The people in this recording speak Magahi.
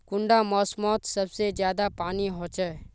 कुंडा मोसमोत सबसे ज्यादा पानी होचे?